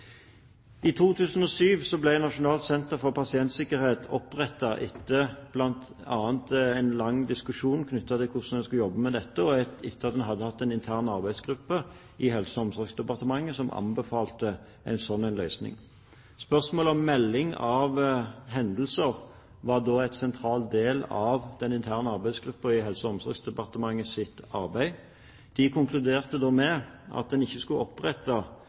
I 2007 ble Nasjonal enhet for pasientsikkerhet opprettet etter bl.a. en lang diskusjon om hvordan vi skulle jobbe med dette, og etter at man hadde hatt en intern arbeidsgruppe i Helse- og omsorgsdepartementet som anbefalte en slik løsning. Spørsmålet om melding om hendelser var da en sentral del av den interne arbeidsgruppen i Helse- og omsorgsdepartementets arbeid. De konkluderte med at en ikke skulle opprette